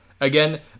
Again